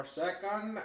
second